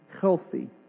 healthy